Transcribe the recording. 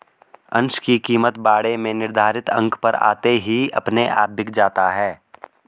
अंश की कीमत बाड़े में निर्धारित अंक पर आते ही अपने आप बिक जाता है